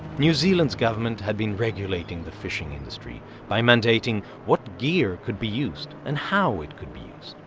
new zealand's government had been regulating the fishing industry by mandating what gear could be used, and how it could be used,